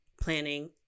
planning